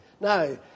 Now